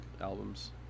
albums